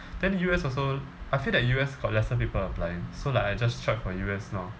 then U_S also I feel that U_S got lesser people applying so like I just tried for U_S lor